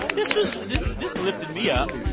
this was this lifted me up.